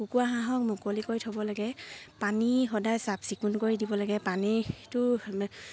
কুকুৰা হাঁহক মুকলি কৰি থ'ব লাগে পানী সদায় চাফ চিকুণ কৰি দিব লাগে পানীটো